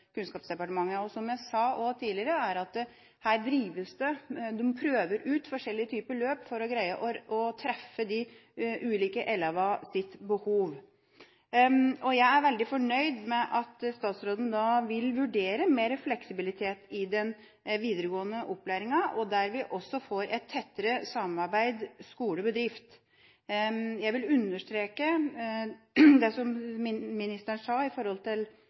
Kunnskapsdepartementet. Og som jeg også sa tidligere: Her prøves det ut forskjellige typer løp for å greie å treffe de ulike elevenes behov. Jeg er veldig fornøyd med at statsråden vil vurdere mer fleksibilitet i den videregående opplæringa, og der vi også får et tettere samarbeid skole–bedrift. Jeg vil understreke det ministeren sa når det gjelder hovedløpet med 2+2 – to år i